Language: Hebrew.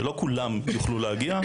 שלא כולם יוכלו להגיע,